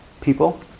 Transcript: people